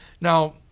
Now